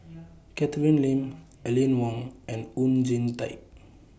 Catherine Lim Aline Wong and Oon Jin Teik